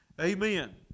Amen